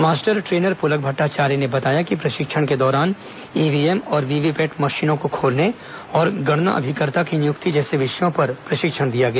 master trainer Pulak Bhattacharya ने बताया कि प्रशिक्षण के दौरान ईव्हीएम और वीवीपैट मशीनों को खोलने और गणना अभिकर्ता की नियुक्ति जैसे विषयों पर प्रशिक्षण दिया गया